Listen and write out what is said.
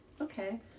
Okay